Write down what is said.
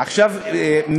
עכשיו,